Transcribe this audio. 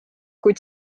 kuid